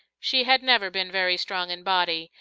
she had never been very strong in body,